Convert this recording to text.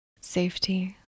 safety